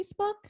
Facebook